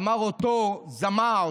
אמר אותו זמר,